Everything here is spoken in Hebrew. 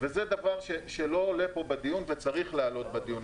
וזה דבר שלא עולה פה בדיון וצריך לעלות בדיון.